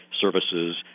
services –